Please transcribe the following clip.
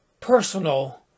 personal